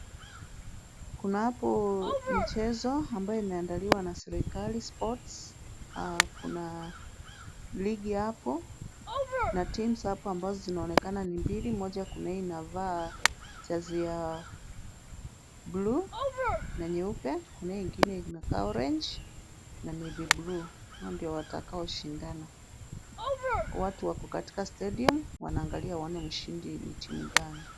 Kuna hapo michezo ambayo imeandaliwa na serikali, sports . Kuna ligi hapo na teams hapo ambazo zinaonekana ni mbili, moja kuna hii inavaa jezi ya blue na nyeupe na kuna hii nyingine inakaa orange na navy blue , hao ndio watakaoshindana. Watu wako katika stadium wanaangalia waone mshindi ni timu gani.